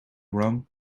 wrong